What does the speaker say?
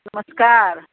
नमस्कार